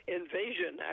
invasion